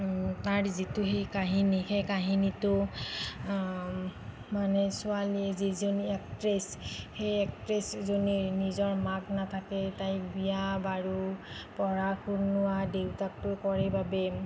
তাৰ যিটো কাহিনী সেই কাহিনীটো মানে ছোৱালী যিজনী এক্ট্ৰেছ সেই এক্ট্ৰেছজনী নিজৰ মাক নাথাকে তাইৰ বিয়া বাৰু পঢ়া শুনা দেউতাকো কৰে বাবেই